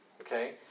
Okay